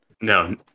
No